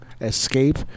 Escape